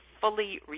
fully